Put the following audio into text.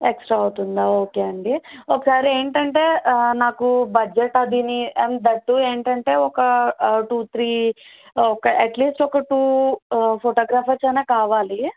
extra అవుతుందా okay అండి ఒకసారి ఏంటంటే నాకు బడ్జెట్ అది అండ్ దట్ టూ ఏంటంటే ఒక టూ త్రీ ఎట్లీస్ట్ ఒక టూ ఫొటోగ్రాఫర్స్ అయిన కావాలి